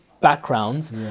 backgrounds